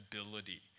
ability